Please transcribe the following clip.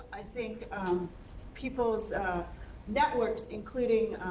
i think people's networks, including